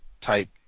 type